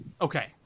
okay